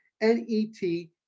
N-E-T